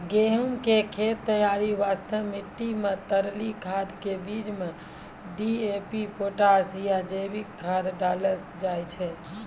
गहूम के खेत तैयारी वास्ते मिट्टी मे तरली खाद के रूप मे डी.ए.पी पोटास या जैविक खाद डालल जाय छै